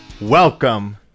welcome